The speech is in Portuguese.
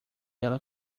ela